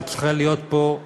שצריכה להיות פה,